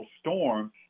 storm